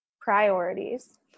Priorities